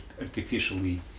artificially